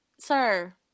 Sir